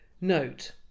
Note